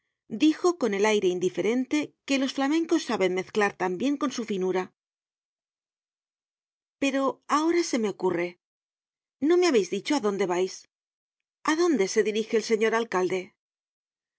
dijo con el aire indiferente que los flamencos saben mezclar tan bien con su finura content from google book search generated at pero ahora se me ocurre no me habeis dicho adonde vais a dónde se dirige el señor alcalde